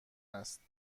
است